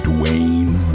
Dwayne